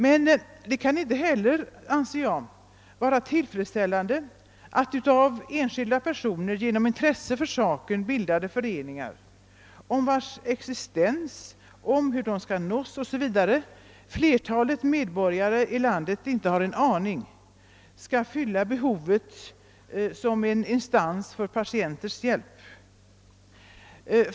Men det är, anser jag, inte tillfredsställande att föreningar, vilka bildats av enskilda personer som haft intresse för saken men om vilkas existens, om hur de skall nås o. s. v. flertalet inte har en aning, skall fylla behovet av »en instans till patienters hjälp».